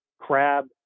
crab